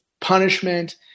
punishment